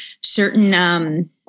certain